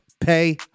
pay